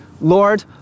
Lord